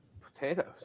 potatoes